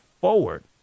forward